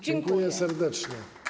Dziękuję serdecznie.